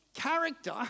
character